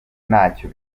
ntacyo